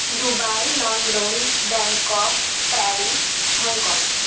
Dubai London Bangkok Paris Hong Kong